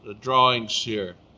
ah drawings here